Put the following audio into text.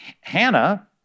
Hannah